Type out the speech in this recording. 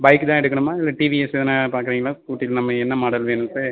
bike தான் எடுக்கணுமா இல்லை டிவிஎஸ் எதுனா பார்க்குறீங்களா ஸ்கூட்டி நம்ம என்ன மாடல் வேணும் சார்